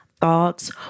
thoughts